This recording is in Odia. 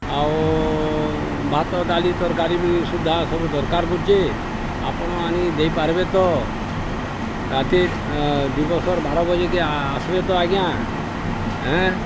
ଆଉ ଭାତ ଡାଲି ତର୍କାରୀ ବି ସୁଦ୍ଧା ସବୁ ଦର୍କାର୍ କରୁଚେ ଆପଣ୍ ଆନି ଦେଇପାର୍ବେ ତ ରାତିର୍ ଦିବସର୍ ବାର ବଜେକେ ଆସ୍ବେ ତ ଆଜ୍ଞା ଏଁ